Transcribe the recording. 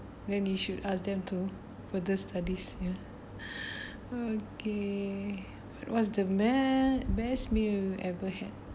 then you should ask them to further studies ya okay what was the man~ best meal you ever had